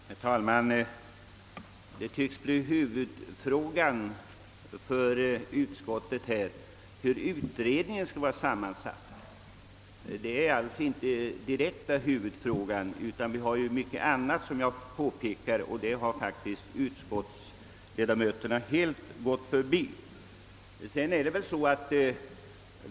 Herr talman! För utskottets talesmän tycks huvudfrågan här vara hur utredningen skall vara sammansatt. Den saken är mycket viktig, men vi har som jag påpekat mycket annat att ta ställning till, men detta har utskottsledamöterna mycket litet berört.